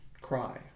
cry